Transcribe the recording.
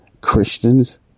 Christians